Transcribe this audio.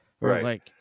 Right